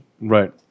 Right